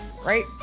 right